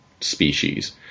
species